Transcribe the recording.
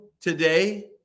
today